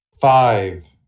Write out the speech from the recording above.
Five